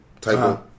type